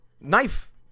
knife